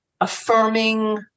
affirming